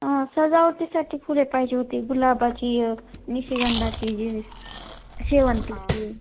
सजावटीसाठी फुले पाहिजे होती गुलाबाची निशिगंधाची जी शेवंतीची